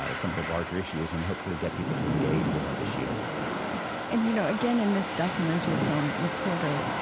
ah some of the larger issues, and hopefully get people to engage with that issue and, you know, again in this documentary film, reporter,